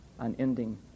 unending